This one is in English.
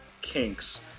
kinks